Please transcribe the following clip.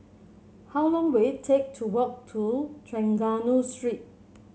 how long will it take to walk to Trengganu Street